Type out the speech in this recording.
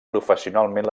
professionalment